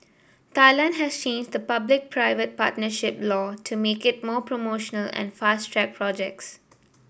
Thailand has changed the public private partnership law to make it more promotional and fast track projects